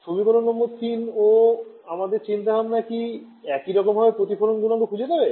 সমীকরণ নং ৩ ও আমাদের চিন্তাভাবনা কি একই রকম ভাবে প্রতিফলন গুনাঙ্ক খুজে দেবে